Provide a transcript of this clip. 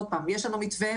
יש לנו מתווה,